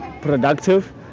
productive